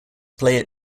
play